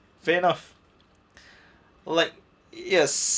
fair enough like yes